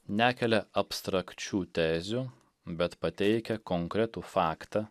nekelia abstrakčių tezių bet pateikia konkretų faktą